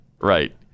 right